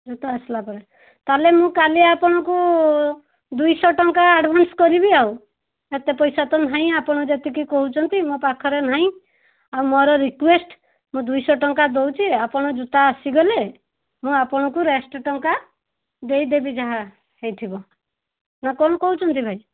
ଜୋତା ଆସିଲାପରେ ତା'ହେଲେ ମୁଁ କାଲି ଆପଣଙ୍କୁ ଦୁଇଶହ ଟଙ୍କା ଆଡ଼ଭାନ୍ସ କରିବି ଆଉ ଏତେ ପଇସା ତ ନାହିଁ ଆପଣ ଯେତିକି କହୁଛନ୍ତି ମୋ ପାଖରେ ନାହିଁ ଆଉ ମୋର ରିକୁଏଷ୍ଟ୍ ମୁଁ ଦୁଇଶହ ଟଙ୍କା ଦେଉଛି ଆପଣ ଜୋତା ଆସିଗଲେ ମୁଁ ଆପଣଙ୍କୁ ରେଷ୍ଟ୍ ଟଙ୍କା ଦେଇଦେବି ଯାହା ହେଇଥିବ ନା କ'ଣ କହୁଛନ୍ତି ଭାଇ